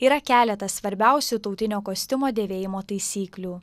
yra keletas svarbiausių tautinio kostiumo dėvėjimo taisyklių